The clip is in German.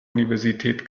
universität